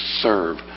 serve